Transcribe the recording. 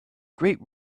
great